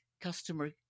customer